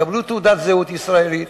יקבלו תעודת זהות ישראלית,